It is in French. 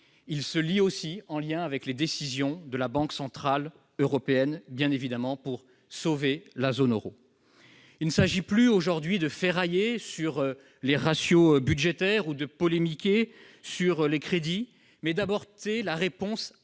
Il est également en lien avec les décisions prises par la Banque centrale européenne pour sauver la zone euro. Il s'agit non plus aujourd'hui de ferrailler sur les ratios budgétaires ou de polémiquer sur les crédits, mais d'apporter la réponse